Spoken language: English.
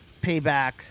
Payback